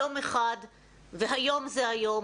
יום אחד והיום זה היום,